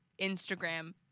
Instagram